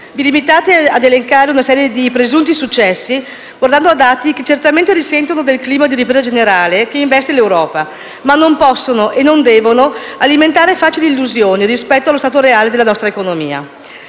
Vi limitate ad elencare una serie di presunti successi guardando a dati che certamente risentono del clima di ripresa generale che investe l'Europa, ma che non possono e non devono alimentare facili illusioni rispetto allo stato reale della nostra economia.